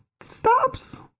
stops